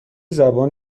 زبان